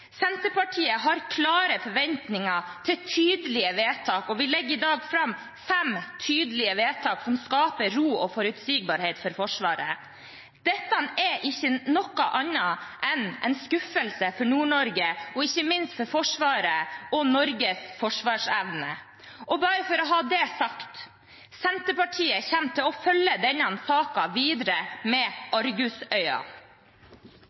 Senterpartiet har klare forventninger til tydelige vedtak, og vi legger i dag fram – alene og sammen med Sosialistisk Venstreparti – fem tydelige forslag som skaper ro og forutsigbarhet for Forsvaret. Dette er ikke noe annet enn en skuffelse for Nord-Norge og ikke minst for Forsvaret og Norges forsvarsevne. Bare for å ha det sagt: Senterpartiet kommer til å følge denne saken videre med